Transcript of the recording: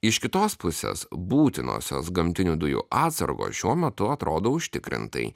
iš kitos pusės būtinosios gamtinių dujų atsargos šiuo metu atrodo užtikrintai